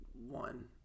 one